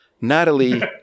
Natalie